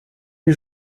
les